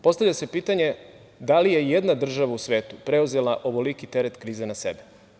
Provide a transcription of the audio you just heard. Postavlja se pitanje – da li je i jedna država u svetu preuzela ovoliki teret krize na sebe?